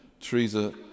Teresa